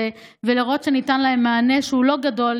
ולהראות שניתן להם מענה שהוא לא גדול,